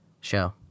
Show